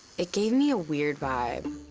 it gave me a weird vibe.